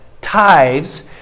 tithes